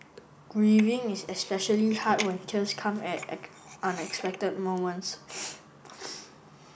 grieving is especially hard when tears come at unexpected moments